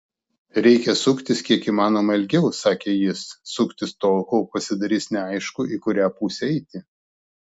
reikia suktis kiek įmanoma ilgiau sakė jis suktis tol kol pasidarys neaišku į kurią pusę eiti